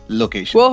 location